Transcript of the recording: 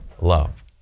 love